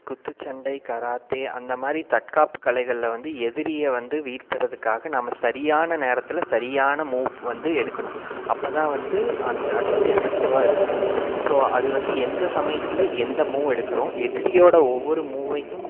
குத்துச்சண்டை கராத்தே அந்த மாதிரி தற்காப்பு கலைகளில் வந்து எதிரியை வந்து வீழ்த்தறதுக்காக நம்ம சரியான நேரத்தில் சரியான மூவ் வந்து எடுக்கணும் அப்போ தான் வந்து அந்த அது வந்து எஃபெக்டிவ்வாக இருக்கும் ஸோ அது வந்து எந்த சமயத்தில் எந்த மூவ் எடுக்கிறோம் எதிரியோடய ஒவ்வொரு மூவையும்